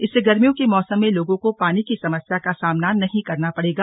इससे गर्मियों के मौसम में लोगों को पानी की समस्या का सामना नहीं करना पड़ेगा